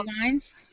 lines